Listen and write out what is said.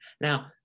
Now